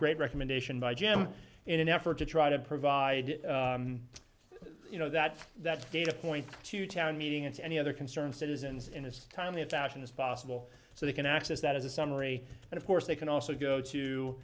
great recommendation by jim in an effort to try to provide you know that that data point to town meeting its any other concerned citizens in its timely fashion as possible so they can access that as a summary and of course they can also go to